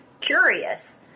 curious